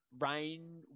rain